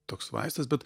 toks vaistas bet